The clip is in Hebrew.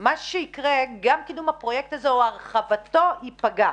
מה שיקרה זה שגם קידום הפרויקט הזה או הרחבתו ייפגע.